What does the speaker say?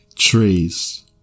trees